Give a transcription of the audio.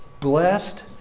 blessed